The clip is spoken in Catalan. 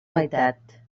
meitat